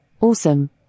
Awesome